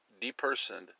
depersoned